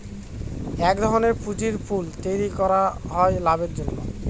এক ধরনের পুঁজির পুল তৈরী করা হয় লাভের জন্য